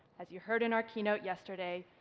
as you heard in our keynote yesterday,